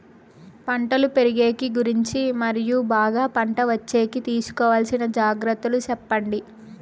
పంటలు పెరిగేకి గురించి మరియు బాగా పంట వచ్చేకి తీసుకోవాల్సిన జాగ్రత్త లు సెప్పండి?